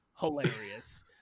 hilarious